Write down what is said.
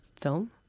film